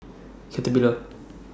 Caterpillar